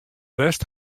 west